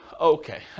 Okay